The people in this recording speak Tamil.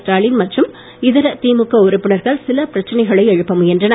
ஸ்டாலின் மற்றும் இதர திமுக உறுப்பினர்கள் சில பிரச்சனைகளை எழுப்ப முயன்றனர்